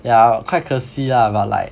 yeah quite 可惜 lah but like